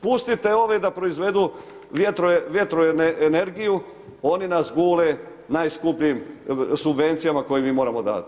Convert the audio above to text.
Pustite ove da proizvedu vjetroenergiju, oni nas gule najskupljim subvencijama koje mi moramo davati.